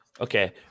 Okay